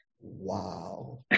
wow